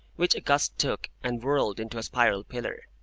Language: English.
which a gust took, and whirled into a spiral pillar.